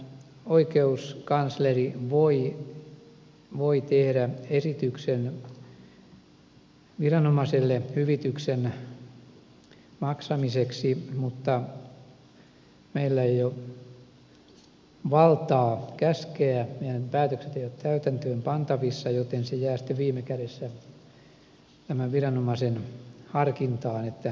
oikeuskansleri voi tehdä esityksen viranomaiselle hyvityksen maksamiseksi mutta meillä ei ole valtaa käskeä meidän päätöksemme eivät ole täytäntöön pantavissa joten se jää sitten viime kädessä tämän viranomaisen harkintaan miten siihen suhtaudutaan